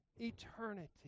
eternity